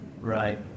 Right